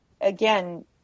again